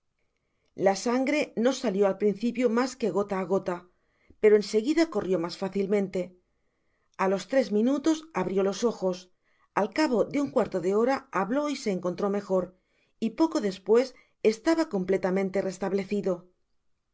la sangre no salió al principio mas que gota á gota pero en seguida corrió mas fácilmente á los tres minutos abriólos ojos al cabo de un guarto de hora habló y se encontró mejor y poco despues estaba completamente restablecido